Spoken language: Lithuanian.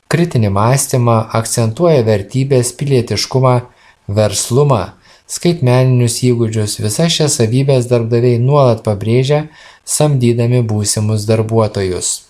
kritinį mąstymą akcentuoja vertybes pilietiškumą verslumą skaitmeninius įgūdžius visas šias savybes darbdaviai nuolat pabrėžia samdydami būsimus darbuotojus